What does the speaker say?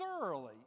thoroughly